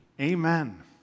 Amen